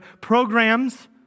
programs